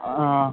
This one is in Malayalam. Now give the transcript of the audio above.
ആ